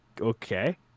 Okay